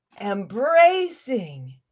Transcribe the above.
embracing